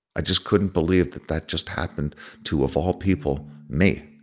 i just couldn't believe that that just happened to, of all people, me.